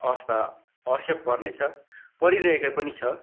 अवस्था अवश्य पर्ने छ परिरहेकै पनि छ